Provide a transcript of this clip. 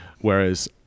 whereas